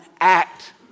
act